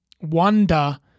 wonder